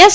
S